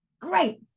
great